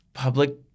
public